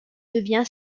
devient